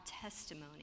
testimony